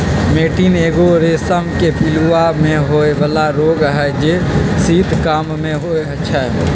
मैटीन एगो रेशम के पिलूआ में होय बला रोग हई जे शीत काममे होइ छइ